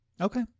Okay